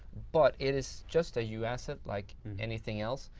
but it is just a uasset like anything else.